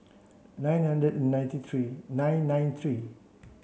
nine nine the ninety three nine nine three